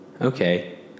Okay